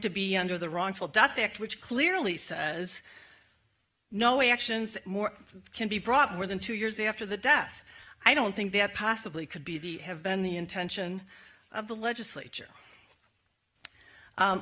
to be under the wrongful death they act which clearly says no actions more can be brought more than two years after the death i don't think that possibly could be the have been the intention of the legislature